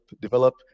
develop